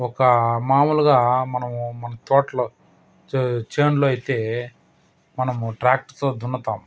ఒక మాములుగా మనము మన తోటలో చే చేనులో అయితే మనము ట్రాక్టర్తో దున్నుతాము